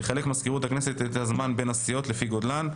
תחלק מזכירות הכנסת את הזמן בין הסיעות לפי גודלן.